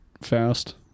fast